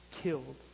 killed